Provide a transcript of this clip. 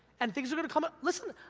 and things are gonna come, ah listen,